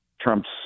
Trump's